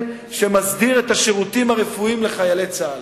שמסדיר את השירותים הרפואיים לחיילי צה"ל.